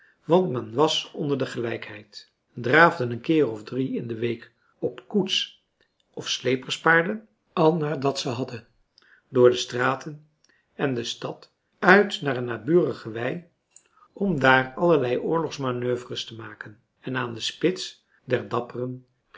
want men was onder de gelijkheid draafden een keer of drie in de week op koets of sleperspaarden al naar dat ze hadden door de straten en de stad uit naar een naburige wei om daar allerlei oorlogsmanoeuvres te maken en aan de spits der dapperen